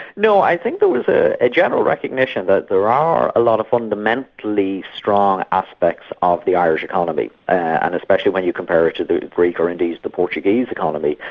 no, i think there was ah a general recognition that there are a lot of fundamentally strong aspects of the irish economy, and especially when you compare it to the greek or indeed the portuguese economy.